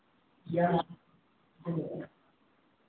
क्या